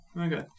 Okay